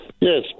Yes